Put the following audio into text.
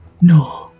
No